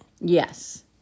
Yes